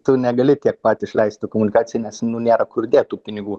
tu negali tiek pat išleisti komunikacijai nes nu nėra kur dėt tų pinigų